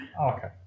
Okay